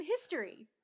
history